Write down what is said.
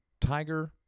Tiger